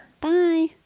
Bye